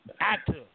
actor